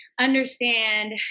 understand